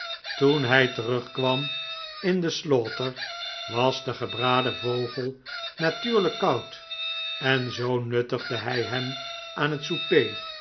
toen hij terugkwam in de slaughter was de gebraden vogel natuurlijk koud en zoo nuttigde hij hem aan het